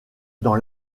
dans